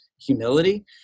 humility